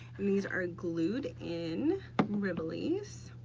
and these are glued in rivolis